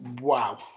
wow